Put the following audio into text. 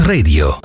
Radio